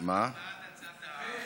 בעד הצעת ההחלטה.